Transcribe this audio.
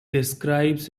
describes